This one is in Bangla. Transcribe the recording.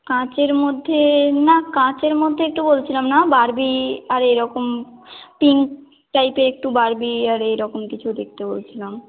কাচের মধ্যে না কাচের মধ্যেই একটু বলছিলাম না বার্বি আর এরকম পিংক টাইপের একটু বার্বি আর এরকম কিছু দেখতে বলছিলাম